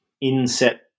inset